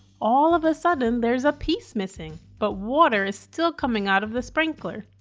all of a sudden there is a piece missing, but water is still coming out of the sprinkler.